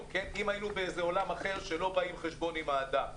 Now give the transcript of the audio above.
אם היינו בעולם אחר שלא באים חשבון עם האדם.